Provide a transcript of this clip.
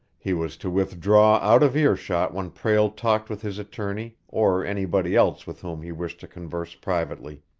he was to withdraw out of earshot when prale talked with his attorney or anybody else with whom he wished to converse privately.